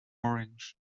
orange